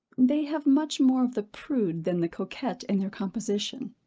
they have much more of the prude than the coquette in their composition.